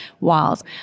walls